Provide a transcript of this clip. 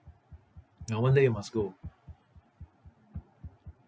ya one day you must go